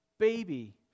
baby